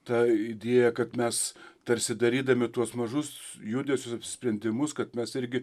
ta idėja kad mes tarsi darydami tuos mažus judesius apsisprendimus kad mes irgi